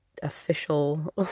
official